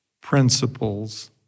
principles